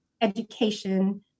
education